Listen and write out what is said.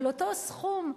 אבל אותו סכום,